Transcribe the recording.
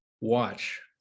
watch